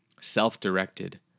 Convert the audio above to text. self-directed